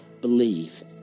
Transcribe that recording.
believe